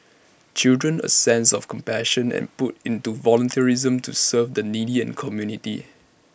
children A sense of compassion and put into volunteerism to serve the needy and community